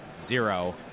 zero